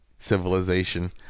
Civilization